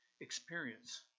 experience